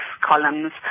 columns